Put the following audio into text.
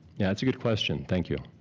yeah that's a good question, thank you.